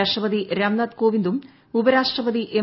രാഷ്ട്രപതി രാംനാഥ് കോവിന്ദും ഉപരാഷ്ട്രപതി എം